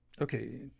Okay